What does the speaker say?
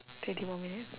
twenty more minutes